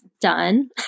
done